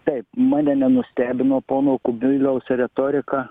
taip mane nenustebino pono kubiliaus retorika